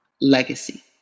legacy